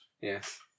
Yes